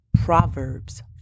Proverbs